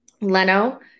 Leno